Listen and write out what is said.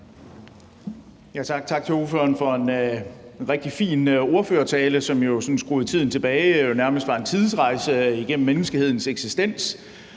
tak til ordføreren for en rigtig fin ordførertale, hvor man jo sådan skruede tiden tilbage. Det var nærmest en tidsrejse igennem menneskehedens eksistens